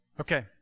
Okay